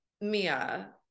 Mia